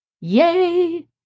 Yay